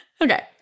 Okay